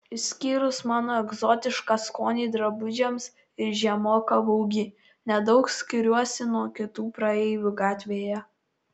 išskyrus mano egzotišką skonį drabužiams ir žemoką ūgį nedaug skiriuosi nuo kitų praeivių gatvėje